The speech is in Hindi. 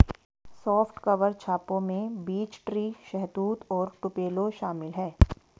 सॉफ्ट कवर छापों में बीच ट्री, शहतूत और टुपेलो शामिल है